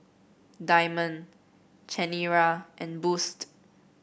Diamond Chanira and Boost